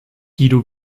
guido